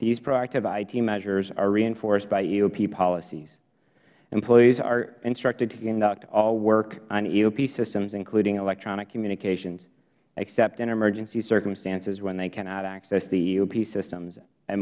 these proactive it measures are reinforced by eop policies employees are instructed to conduct all work on eop systems including electronic communications except in emergency circumstances when they cannot access the eop systems and